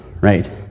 right